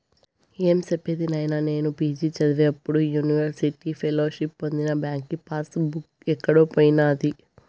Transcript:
ఏం సెప్పేది నాయినా, నేను పి.జి చదివేప్పుడు యూనివర్సిటీ ఫెలోషిప్పు పొందిన బాంకీ పాస్ బుక్ ఎక్కడో పోయినాది